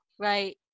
Right